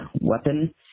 weapon